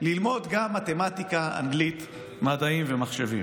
ללמוד גם מתמטיקה, אנגלית מדעים ומחשבים.